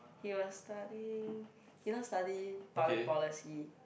he was studying he not study public policy